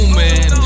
man